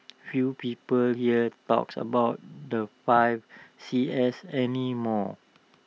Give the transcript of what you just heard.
few people here talks about the five C S any more